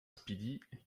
speedy